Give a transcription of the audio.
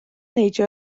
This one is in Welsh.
neidio